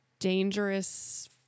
Dangerous